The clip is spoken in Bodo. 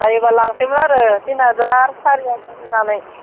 जायोबा लांसैमोन आरो थिन हाजार सारि हाजार होनानै